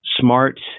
smart